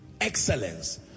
excellence